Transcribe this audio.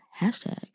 hashtag